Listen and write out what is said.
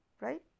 Right